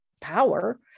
power